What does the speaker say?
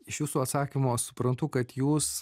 iš jūsų atsakymo suprantu kad jūs